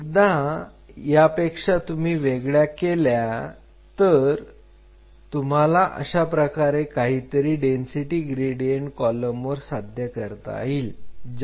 एकदा यापेक्षा तुम्ही वेगळ्या केल्या तर तुम्हाला अशा प्रकारे काहीतरी डेन्सिटी ग्रेडियंट कॉलमवर साध्य करता येईल